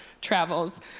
travels